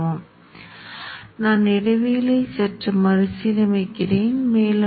இது அடிப்படையில் நாம் இப்போது வரை விவாதித்து வரும் முன்னோக்கி மாற்றி சுற்று ஆகும்